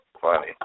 Funny